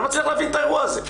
אני לא מצליח להבין את האירוע הזה.